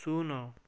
ଶୂନ